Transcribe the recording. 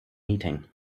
meeting